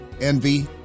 Envy